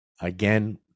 again